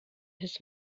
his